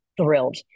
thrilled